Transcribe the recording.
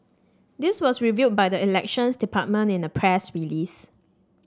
this was revealed by the Elections Department in a press release